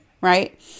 right